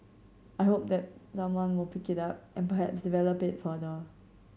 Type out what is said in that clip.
I hope that someone will pick it up and perhaps develop it further